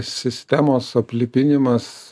sistemos aplipinimas